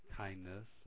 kindness